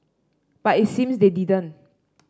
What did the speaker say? but it seems they didn't